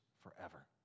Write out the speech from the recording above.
forever